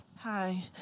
Hi